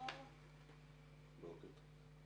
בוקר טוב.